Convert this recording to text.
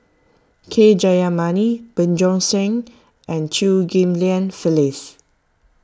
K Jayamani Bjorn Shen and Chew Ghim Lian Phyllis